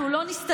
אנחנו לא נסתדר,